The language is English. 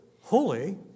holy